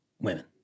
women